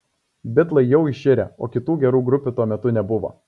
bitlai jau iširę o kitų gerų grupių tuo metu nebuvo